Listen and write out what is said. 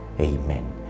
Amen